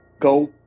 go